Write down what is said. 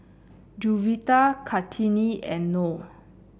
Juwita Kartini and Noh